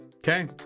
Okay